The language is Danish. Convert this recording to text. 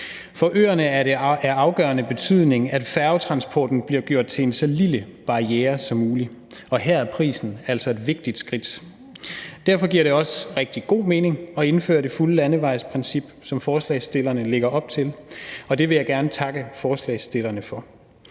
For øerne er det af afgørende betydning, at færgetransporten bliver gjort til en så lille barriere som muligt, og her er prisen altså et vigtigt skridt. Derfor giver det også rigtig god mening at indføre det fulde landevejsprincip, som forslagsstillerne lægger op til, og det vil jeg gerne takke forslagsstillerne for.